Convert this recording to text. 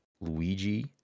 Luigi